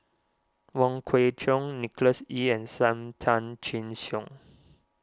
Wong Kwei Cheong Nicholas Ee and Sam Tan Chin Siong